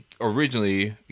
originally